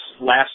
last